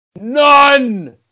none